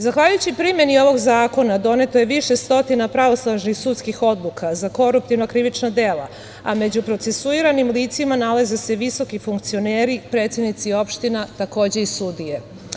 Zahvaljujući primeni ovog zakona doneto je više stotina pravosnažnih sudskih odluka za koruptivna krivična dela, a među procesuiranim licima nalaze se visoki funkcioneri, predsednici opština, takođe i sudije.